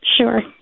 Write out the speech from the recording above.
Sure